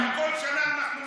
חברים, כל שנה אנחנו מעלים את זה.